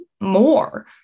more